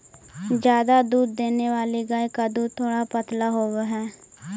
ज्यादा दूध देने वाली गाय का दूध थोड़ा पतला होवअ हई